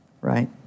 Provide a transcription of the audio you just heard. right